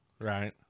Right